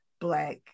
Black